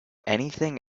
anything